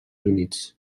units